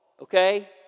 Okay